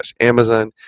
amazon